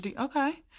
okay